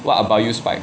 what about you spike